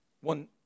one